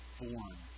born